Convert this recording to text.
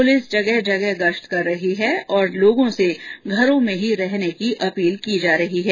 police जगह जगह पर गश्त कर रही है और लोगों से घरों में ही रहने की अपील की जा रही है